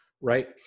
right